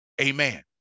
Amen